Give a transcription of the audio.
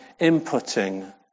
inputting